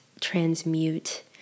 transmute